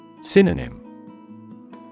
Synonym